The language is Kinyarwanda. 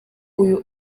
uyu